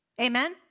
Amen